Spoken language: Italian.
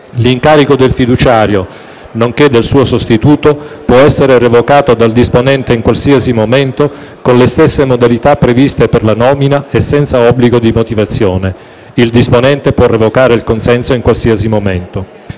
L'incarico del fiduciario, nonché del suo sostituto, può essere revocato dal disponente in qualsiasi momento con le stesse modalità previste per la nomina e senza obbligo di motivazione. 5. Il disponente può revocare il consenso in qualsiasi momento